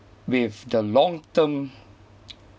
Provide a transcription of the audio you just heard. with the long term